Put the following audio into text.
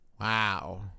Wow